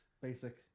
basic